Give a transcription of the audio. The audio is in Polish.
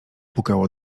pukało